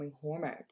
hormones